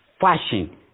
fashion